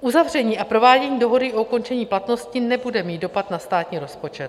Uzavření a provádění dohody o ukončení platnosti nebude mít dopad na státní rozpočet.